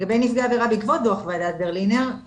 לגבי נפגעי עבירה בעקבות דוח ועדת ברלינר,